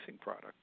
product